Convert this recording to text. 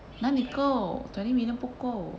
哪里够 twenty million 不够